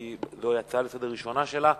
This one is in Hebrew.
כי זו ההצעה הראשונה שלה לסדר-היום.